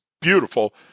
beautiful